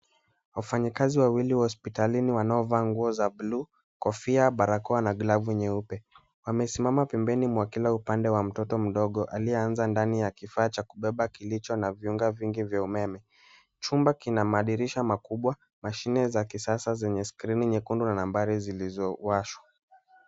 Wafanyakazi wawili wa hospitalini wanaovaa nguo za bluu, kofia, barakoa na glavu nyeupe wamesimama pembeni mwa kila upande wa mtoto mdogo aliyeanza ndani ya kifaa cha kubeba kilicho na viunga vingi vya umeme. Chumba kina madirisha makubwa, mashine za kisasa zenye skrini nyekundu na nambari zilizowashwa.